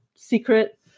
Secret